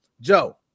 joe